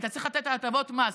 אתה צריך לתת הטבות מס.